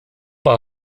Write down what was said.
war